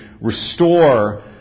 restore